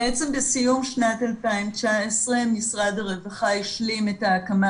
בעצם בסיום שנת 2019 משרד הרווחה השלים את ההקמה